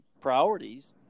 priorities